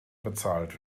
bezahlt